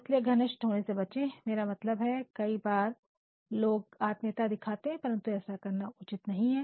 इसलिए घनिष्ठ होने से बचें मेरा मतलब है कई बार लोग आत्मीयता दिखाते हैं परंतु ऐसा करना उचित नहीं है